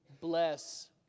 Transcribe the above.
bless